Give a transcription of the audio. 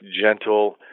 gentle